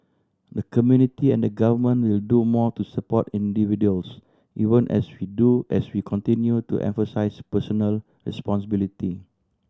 the community and government will do more to support individuals even as we do as we continue to emphasise personal responsibility